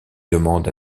demande